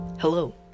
Hello